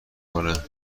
کنه